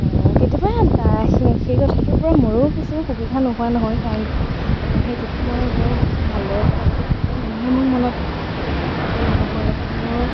কেতিয়াবা সেই কথাটোৰ পৰা মোৰো কিছুমান সুবিধা নোহোৱা নহয় কাৰণ কিয় মানুহে যেতিয়া মই বৰ ভালদৰে কথা পাতোঁ গতিকে মানুহে মোক মনত ৰাখে গতিকে মানুহৰ লগত মোৰ